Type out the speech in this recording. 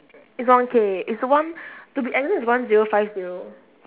it's one K it's one to be exact it's one zero five zero